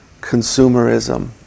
consumerism